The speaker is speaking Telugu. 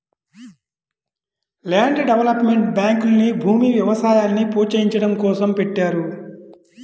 ల్యాండ్ డెవలప్మెంట్ బ్యాంకుల్ని భూమి, వ్యవసాయాల్ని ప్రోత్సహించడం కోసం పెట్టారు